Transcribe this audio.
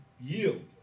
yield